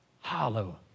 Hollow